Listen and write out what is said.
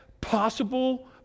possible